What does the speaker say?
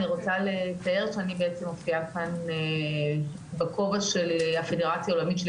אני רוצה לתאר שאני בעצם מופיעה כאן בכובע של הפדרציה העולמית של